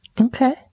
Okay